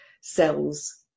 cells